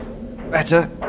better